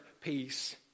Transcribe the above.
peace